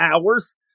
hours